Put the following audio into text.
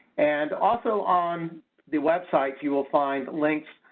and also on the website you will find links,